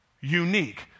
unique